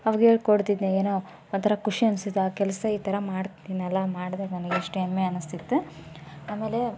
ಅವಾಗ ಹೇಳ್ಕೊಡ್ತಿದ್ದೆ ಏನೋ ಒಂಥರ ಖುಷಿ ಅನಿಸುತ್ತೆ ಆ ಕೆಲಸ ಈ ಥರ ಮಾಡ್ತೀನಲ್ಲ ಮಾಡಿದಾಗ ನನಗೆಷ್ಟು ಹೆಮ್ಮೆ ಅನ್ನಿಸ್ತಿತ್ತ ಆಮೇಲೆ